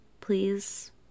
please